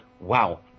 wow